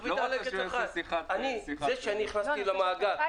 הוא לא רוצה שיחת --- זה שאני נכנסתי למאגר --- לא.